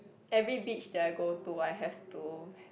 every beach that I go to I have to